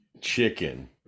chicken